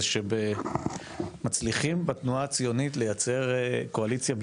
זה שמצליחים בתנועה הציונית לייצר קואליציה,